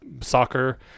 soccer